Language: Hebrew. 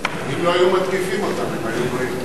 אם לא היו מתקיפים אותם הם היו באים.